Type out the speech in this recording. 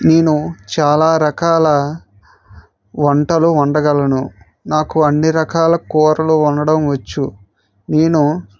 నేను చాలా రకాల వంటలు వండగలను నాకు అన్నీ రకాల కూరలు వండడం వచ్చు నేను